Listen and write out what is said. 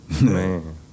Man